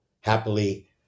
happily